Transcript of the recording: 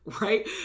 Right